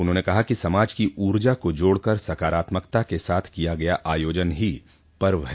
उन्होंने कहा कि समाज की उर्जा को जोड़कर सकरात्मकता के साथ किया गया आयोजन ही पर्व है